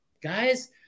guys